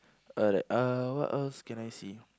alright uh what else can I see